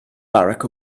barack